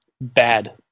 bad